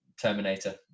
Terminator